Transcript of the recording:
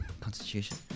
Constitution